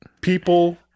People